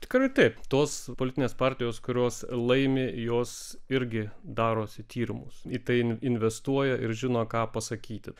tikrai taip tos politinės partijos kurios laimi jos irgi darosi tyrimus į tai investuoja ir žino ką pasakyti